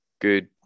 good